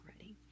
already